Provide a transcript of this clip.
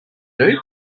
going